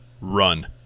run